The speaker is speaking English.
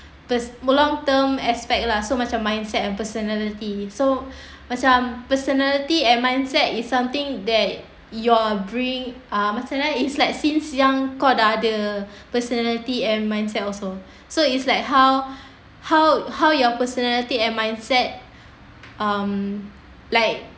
cause long term aspect lah so macam mindset and personality so macam personality and mindset is something that your bring uh macam mana eh it's like since yang kau dah ada personality and mindset also so it's like how how how your personality and mindset um like